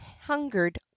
hungered